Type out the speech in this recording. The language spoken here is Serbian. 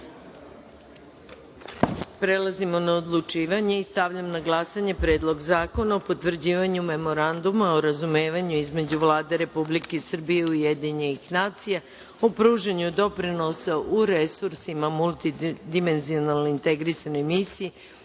Omerović. Prelazimo na odlučivanje. Stavljam na glasanje Predlog zakona o potvrđivanju Memoranduma o razumevanju između Vlade Republike Srbije i Ujedinjenih nacija o pružanju doprinosa u resursima multidimenzionalnoj integrisanoj misiji